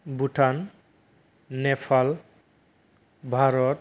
Bhutan Nepal Bharat